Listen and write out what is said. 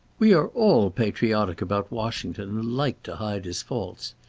we are all patriotic about washington and like to hide his faults.